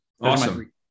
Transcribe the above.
Awesome